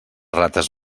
rates